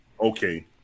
Okay